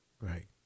right